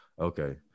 okay